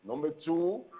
number two,